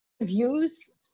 views